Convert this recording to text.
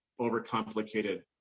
overcomplicated